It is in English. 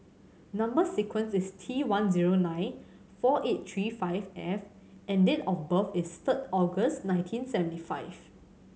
number sequence is T one zero nine four eight three five F and date of birth is third August nineteen seventy five